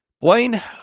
Wayne